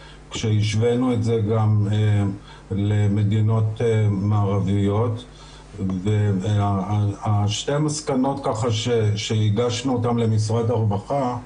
שהשווינו את זה גם למדינות מערביות ושתי המסקנות שהגשנו למשרד הרווחה,